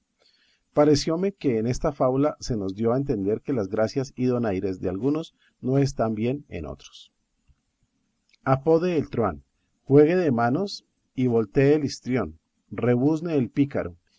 parecióme que en esta fábula se nos dio a entender que las gracias y donaires de algunos no están bien en otros apode el truhán juegue de manos y voltee el histrión rebuzne el pícaro